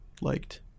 liked